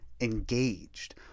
engaged